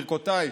ברכותיי.